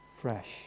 fresh